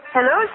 Hello